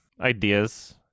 ideas